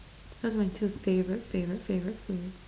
those are two favorite favorite favorite foods